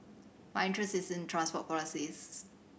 my interest is in transport policies